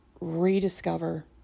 rediscover